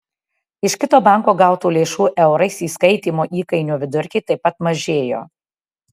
iš kito banko gautų lėšų eurais įskaitymo įkainių vidurkiai taip pat mažėjo